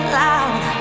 loud